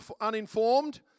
uninformed